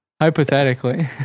Hypothetically